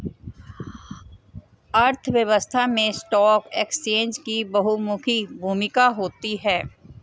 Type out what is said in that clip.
अर्थव्यवस्था में stock exchange की बहुमुखी भूमिका होती है